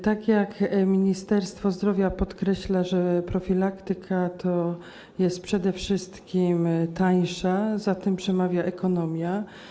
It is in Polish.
Tak jak Ministerstwo Zdrowia podkreśla, profilaktyka jest przede wszystkim tańsza, za tym przemawia ekonomia.